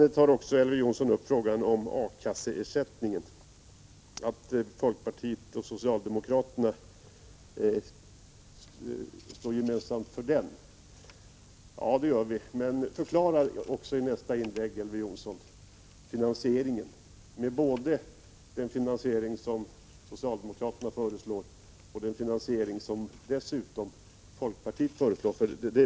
Vidare tog Elver Jonsson upp frågan om A-kasseersättningen och sade att folkpartiet och socialdemokraterna gemensamt står för denna. Ja, det gör vi. Men förklara i nästa inlägg, Elver Jonsson, hur det förhåller sig med finansieringen. Det gäller både den finansiering som socialdemokraterna föreslår och den finansiering som folkpartiet föreslår.